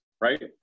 right